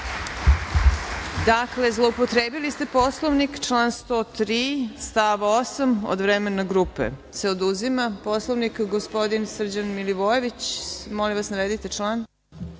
Dakle, zloupotrebili ste Poslovnik, član 103. stav 8, od vremena grupe se oduzima. Poslanik Srđan Milivojević. Molim vas, navedite član.